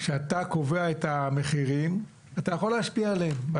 כשאתה קובע את המחירים אתה יכול להשפיע עליהם.